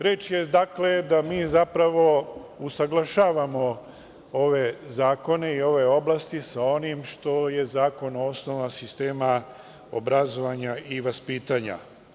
Reč je, dakle, da mi zapravo usaglašavamo ove zakone i ove oblasti sa onim što je Zakon o osnovama sistema obrazovanja i vaspitanja.